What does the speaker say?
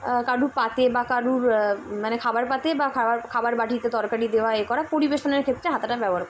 কারুর পাতে বা কারুর মানে খাবার পাতে বা খাবার খাবার বাটিতে তরকারি দেওয়া এই করা পরিবেশনের ক্ষেত্রে হাতাটা ব্যবহার করি